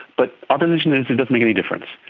but our position is it doesn't make any difference.